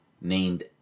named